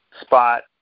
spot